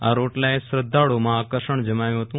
આ રોટલાએ શ્રદ્ધાળુઓમાં આકર્ષણ જમાવ્યું હતું